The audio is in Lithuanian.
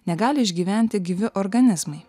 negali išgyventi gyvi organizmai